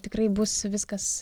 tikrai bus viskas